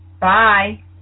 Bye